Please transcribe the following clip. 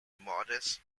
modest